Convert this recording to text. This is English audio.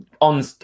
on